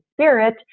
spirit